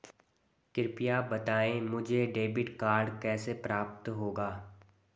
कृपया बताएँ मुझे डेबिट कार्ड कैसे प्राप्त होगा?